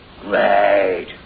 Great